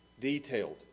detailed